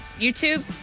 YouTube